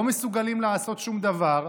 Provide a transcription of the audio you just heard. לא מסוגלים לעשות שום דבר,